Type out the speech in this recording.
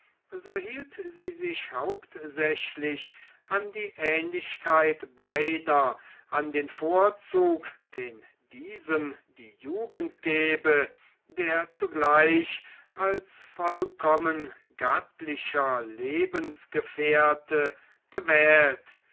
so hielt sie sich hauptsächlich an die ähnlichkeit beider an den vorzug den diesem die jugend gebe der zugleich als vollkommen gattlicher lebensgefährte gewählt